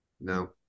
no